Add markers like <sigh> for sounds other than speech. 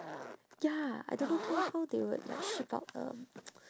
ya I don't know how how they would like ship out um <noise>